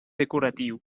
decoratiu